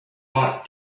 bought